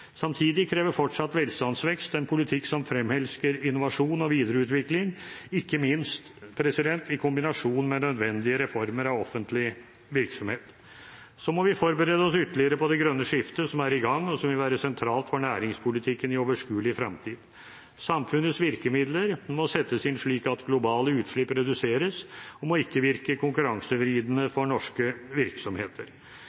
Samtidig krever fortsatt velstandsvekst en politikk som fremelsker innovasjon og videreutvikling, ikke minst i kombinasjon med nødvendige reformer av offentlig virksomhet. Så må vi forberede oss ytterligere på det grønne skiftet, som er i gang, og som vil være sentralt for næringspolitikken i overskuelig fremtid. Samfunnets virkemidler må settes inn slik at globale utslipp reduseres, og må ikke virke konkurransevridende